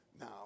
now